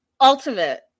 Ultimate